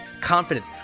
confidence